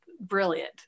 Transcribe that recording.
brilliant